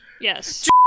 Yes